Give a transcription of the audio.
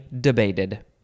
debated